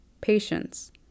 patience